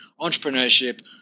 entrepreneurship